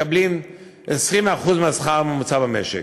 מקבלים 20% מהשכר הממוצע במשק.